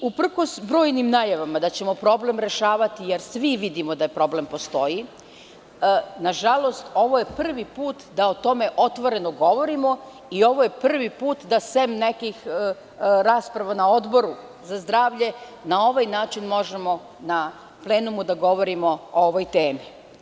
Uprkos brojnim najavama da ćemo problem rešavati, jer svi vidimo da problem postoji, nažalost, ovo je prvi put da o tome otvoreno govorimo i ovo je prvi put da sem nekih rasprava na Odboru za zdravlje na ovaj način možemo na plenumu da govorimo o ovoj temi.